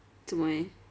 做么 eh